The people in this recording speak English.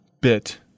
bit